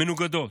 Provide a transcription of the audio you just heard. מנוגדות: